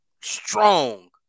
strong